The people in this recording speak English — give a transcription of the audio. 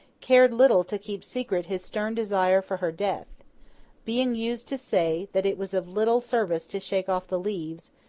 cared little to keep secret his stern desire for her death being used to say that it was of little service to shake off the leaves,